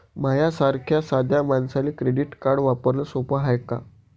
माह्या सारख्या साध्या मानसाले क्रेडिट कार्ड वापरने सोपं हाय का?